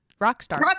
Rockstar